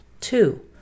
Two